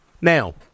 now –